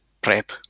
prep